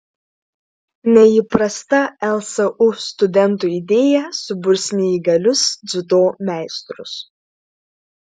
neįprasta lsu studentų idėja suburs neįgalius dziudo meistrus